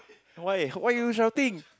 why why are you shouting